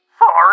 Sorry